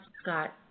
Scott